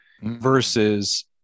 versus